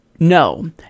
No